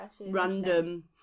random